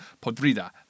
Podrida